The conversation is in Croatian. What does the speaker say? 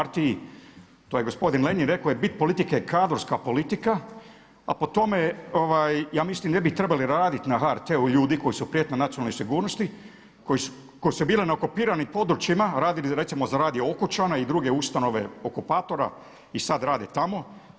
Rekao je bit politike je kadrovska politika, a po tome ja mislim ne bi trebali raditi na HRT-u ljudi koji su prijetnja nacionalnoj sigurnosti, koji su bili na okupiranim područjima radili, recimo za radio Okučane i druge ustanove okupatora i sad rade tamo.